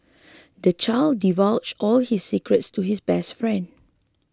the child divulged all his secrets to his best friend